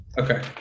Okay